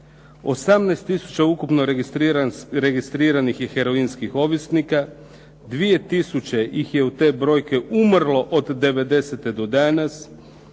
tisuća ukupno registriranih i heroinskih ovisnika, 2 tisuće ih je od te brojke umrlo od '90. do danas,